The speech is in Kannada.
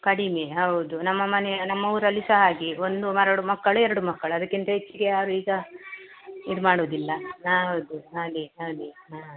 ಕಡಿಮೆ ಹೌದು ನಮ್ಮ ಮನೆಯ ನಮ್ಮ ಊರಲ್ಲಿ ಸಹ ಹಾಗೆ ಒಂದು ಮರಡು ಮಕ್ಕಳು ಎರಡು ಮಕ್ಕಳು ಅದಕ್ಕಿಂತ ಹೆಚ್ಚಿಗೆ ಯಾರು ಈಗ ಇದು ಮಾಡುದಿಲ್ಲ ನಾ ಹೌದು ಹಾಗೆ ಹಾಗೆ ಹಾಂ